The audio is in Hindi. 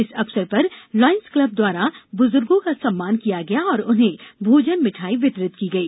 इस अवसर पर लॉयन्स क्लब द्वारा बुजुर्गों का सम्मान किया गया और उन्हें भोजन मिठाई वितरित की गई